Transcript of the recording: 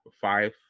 five